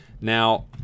Now